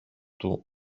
του